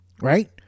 right